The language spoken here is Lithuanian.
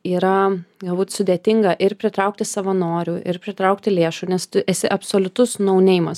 yra galbūt sudėtinga ir pritraukti savanorių ir pritraukti lėšų nes tu esi absoliutus nauneimas